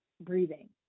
breathing